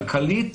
כלכלית